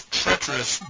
treacherous